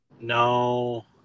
No